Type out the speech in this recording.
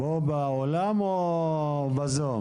בבקשה.